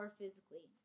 physically